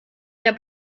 der